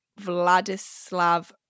vladislav